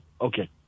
Okay